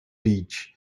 beach